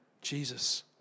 Jesus